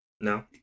No